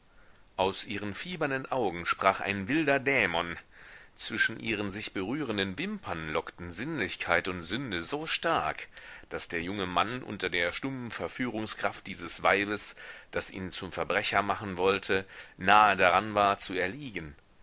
aus ihren fiebernden augen sprach ein wilder dämon zwischen ihren sich berührenden wimpern lockten sinnlichkeit und sünde so stark daß der junge mann unter der stummen verführungskraft dieses weibes das ihn zum verbrecher machen wollte nahe daran war zu erliegen